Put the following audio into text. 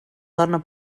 dona